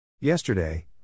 Yesterday